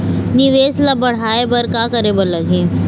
निवेश ला बड़हाए बर का करे बर लगही?